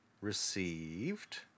received